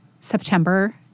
September